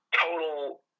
total